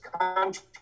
country